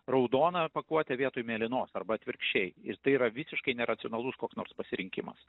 raudoną pakuotę vietoj mėlynos arba atvirkščiai ir tai yra visiškai neracionalus koks nors pasirinkimas